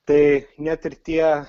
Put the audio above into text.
tai net ir tie